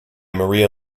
maria